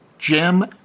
Jim